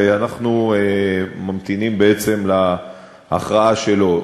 ואנחנו ממתינים בעצם להכרעה שלו.